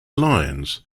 lions